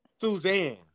Suzanne